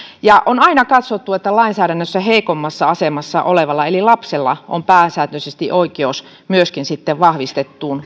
isä aina on katsottu että lainsäädännössä heikommassa asemassa olevalla eli lapsella on pääsääntöisesti oikeus myöskin sitten vahvistettuun